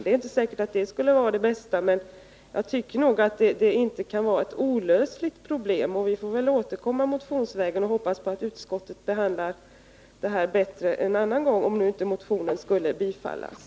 Det är inte säkert att det sättet skulle vara det bästa, men jag tycker nog att problemet inte kan vara olösligt. Vi får väl återkomma motionsvägen och hoppas på att utskottet behandlar det här ärendet bättre en annan gång, om inte motionen nu skulle bifallas.